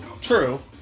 true